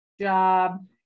job